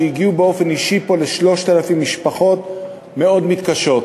שהגיעו באופן אישי ל-3,000 משפחות מאוד מתקשות.